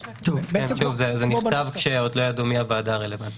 זה נכתב כשעוד לא ידעו מי הוועדה הרלוונטית.